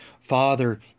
Father